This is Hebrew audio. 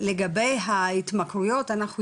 לגבי ההתמכרויות אנחנו יודעים,